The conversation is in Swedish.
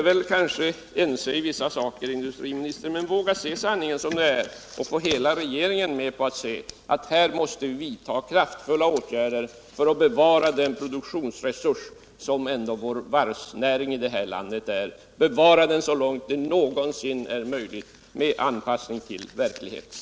Vi kanske är ense om vissa saker, herr industriminister, men våga se sanningen sådan den är och försök få hela regeringen med på att vi här måste vidta kraftfulla åtgärder för att bevara den produktionsresurs som vårt lands varvsnäring ändå är, bevara den så långt det någonsin är möjligt med en anpassning till verkligheten.